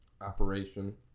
operation